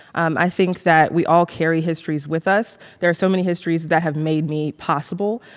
and i think that we all carry histories with us. there are so many histories that have made me possible.